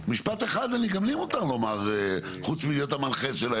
משפט אחד גם לי מותר לומר חוץ מלהיות המנחה של האירוע.